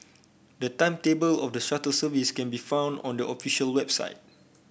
the timetable of the shuttle service can be found on the official website